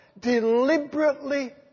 deliberately